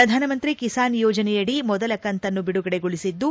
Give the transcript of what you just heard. ಪ್ರಧಾನಮಂತ್ರಿ ಕಿಸಾನ್ ಯೋಜನೆಯಡಿ ಮೊದಲ ಕಂತನ್ನು ಐಡುಗಡೆಗೊಳಿಸಿದ್ದು